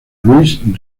luis